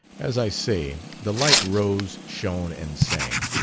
as i say, the light rose, shone, and sang.